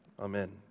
Amen